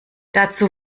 dazu